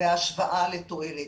בהשוואה לתועלת.